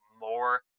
more